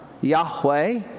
Yahweh